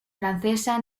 francesa